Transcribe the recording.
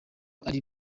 ari